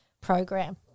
program